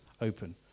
open